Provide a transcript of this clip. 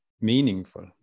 meaningful